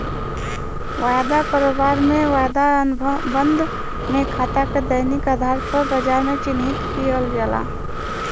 वायदा कारोबार में, वायदा अनुबंध में खाता के दैनिक आधार पर बाजार में चिह्नित किहल जाला